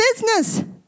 business